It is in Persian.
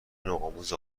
نوآموز